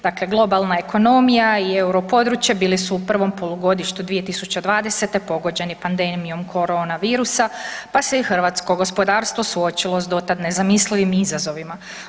Dakle, globalna ekonomija i euro područje bili su u prvom polugodištu 2020. pogođeni pandemijom korona virusa pa se i hrvatsko gospodarstvo suočilo s dotad nezamislivim izazovima.